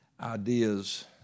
ideas